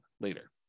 later